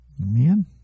Amen